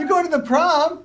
you're going to the pro